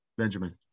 benjamin